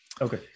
Okay